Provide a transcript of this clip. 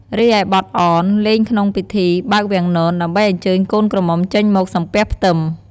រីឯបទអន លេងនៅក្នងពិធីបើកវាំងនន ដើម្បីអញ្ជើញកូនក្រមំុចេញមកសំពះផ្ទឹម។